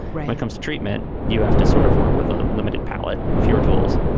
like comes treatment. you have to sort of work with a limited palette if you're tools.